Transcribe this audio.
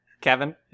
Kevin